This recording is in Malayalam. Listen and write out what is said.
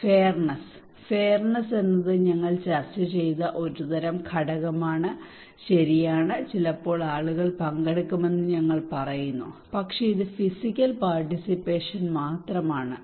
ഫെയർനെസ് ഫെയർനെസ് എന്നത് ഞങ്ങൾ ചർച്ച ചെയ്ത ഒരുതരം ഘടകമാണ് ശരിയാണ് ചിലപ്പോൾ ആളുകൾ പങ്കെടുക്കുമെന്ന് ഞങ്ങൾ പറയുന്നു പക്ഷേ ഇത് ഫിസിക്കൽ പർട്ടിസിപ്പേഷൻ മാത്രമാണ്